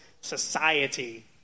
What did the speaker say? society